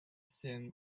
seem